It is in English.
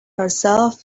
herself